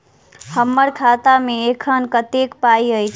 हम्मर खाता मे एखन कतेक पाई अछि?